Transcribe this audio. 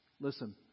Listen